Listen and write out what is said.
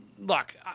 Look